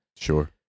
Sure